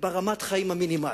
ברמת החיים המינימלית.